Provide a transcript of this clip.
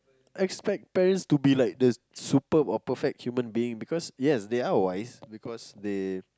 expect parents to be like the superb or perfect human being because yes they are wise because they